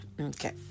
Okay